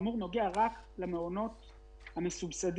שמגיע רק למעונות המסובסדים,